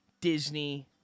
Disney